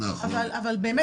אבל באמת,